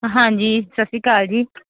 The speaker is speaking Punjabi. ਹਾਂਜੀ ਸਤਿ ਸ਼੍ਰੀ ਅਕਾਲ ਜੀ